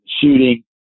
shooting